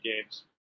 games